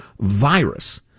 virus